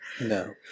No